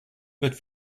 wird